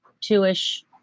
two-ish